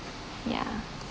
yeah